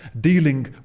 dealing